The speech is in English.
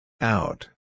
Out